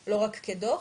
כדו"ח.